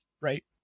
right